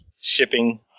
shipping